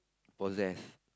possess